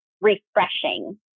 refreshing